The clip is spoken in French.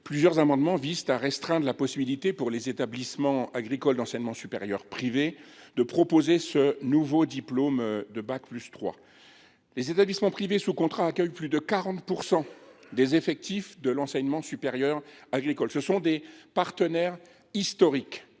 Plusieurs amendements visent à restreindre la possibilité pour les établissements agricoles d’enseignement supérieur privé de proposer ce nouveau diplôme de niveau bac+3. Les établissements privés sous contrat accueillent plus de 40 % des effectifs de l’enseignement supérieur agricole. Ce sont des partenaires historiques.